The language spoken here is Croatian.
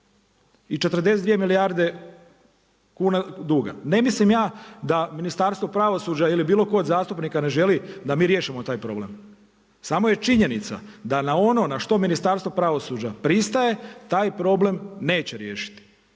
i 42 milijarde kuna duga. Ne mislim ja da Ministarstvo pravosuđa ili bilo tko od zastupnika ne želi da mi riješimo taj problem, samo je činjenica da na ono na što Ministarstvo pravosuđa pristaje taj problem neće riješiti.